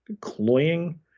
cloying